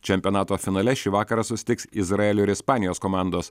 čempionato finale šį vakarą susitiks izraelio ir ispanijos komandos